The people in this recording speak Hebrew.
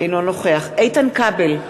אינו נוכח איתן כבל,